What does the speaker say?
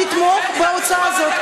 תתמוך בהצעה הזאת.